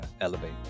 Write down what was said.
elevate